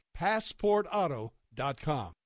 PassportAuto.com